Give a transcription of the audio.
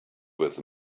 with